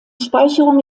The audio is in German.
speicherung